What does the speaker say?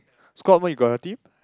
squad mode you got a team